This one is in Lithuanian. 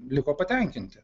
liko patenkinti